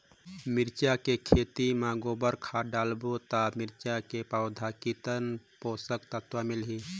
मिरचा के खेती मां गोबर खाद डालबो ता मिरचा के पौधा कितन पोषक तत्व मिलही?